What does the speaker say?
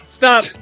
stop